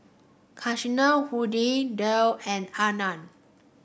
Kasinadhuni Dale and Anand